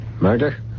Murder